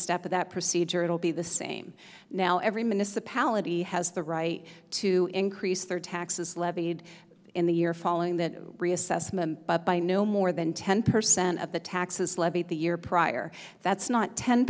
step of that procedure it'll be the same now every minister palette he has the right to increase their taxes levied in the year following that reassessment by no more than ten percent of the taxes levied the year prior that's not ten